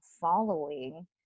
following